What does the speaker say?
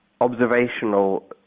observational